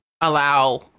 allow